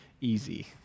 easy